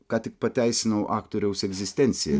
ką tik pateisinau aktoriaus egzistenciją